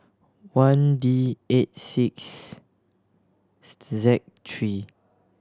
one D eight six Z three